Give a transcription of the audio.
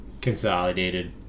consolidated